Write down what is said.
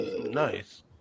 Nice